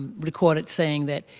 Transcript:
ah recorded saying that